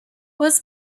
was